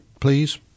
please